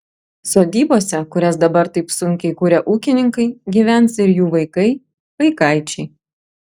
sodybose kurias dabar taip sunkiai kuria ūkininkai gyvens ir jų vaikai vaikaičiai